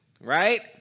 right